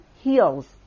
heals